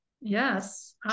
Yes